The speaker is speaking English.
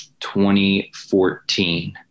2014